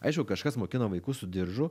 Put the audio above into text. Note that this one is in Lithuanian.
aišku kažkas mokino vaikus su diržu